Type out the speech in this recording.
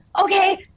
okay